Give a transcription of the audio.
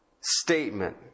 statement